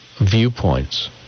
viewpoints